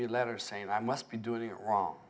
me a letter saying i must be doing it wrong